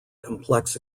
complex